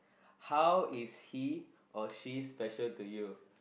how is she or he is special to you